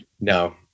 no